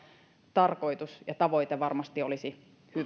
tarkoitus ja tavoite varmasti olisi